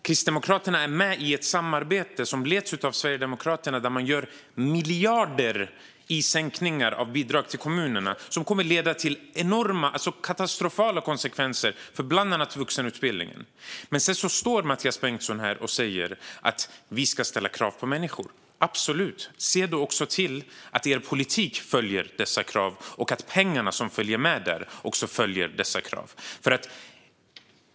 Kristdemokraterna är med i ett samarbete som leds av Sverigedemokraterna där man genomför sänkningar med miljarder av bidrag till kommunerna. Det kommer att leda till enorma och katastrofala konsekvenser för bland annat vuxenutbildningen. Men sedan står Mathias Bengtsson här och säger att vi ska ställa krav på människor. Det ska vi absolut göra. Se då också till att er politik följer dessa krav och att de pengar som följer med där också följer dessa krav.